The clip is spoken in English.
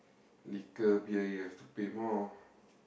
little beer you have to pay more